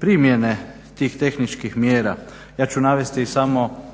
primjene tih tehničkih mjera. Ja ću navesti samo